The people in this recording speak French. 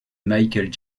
michael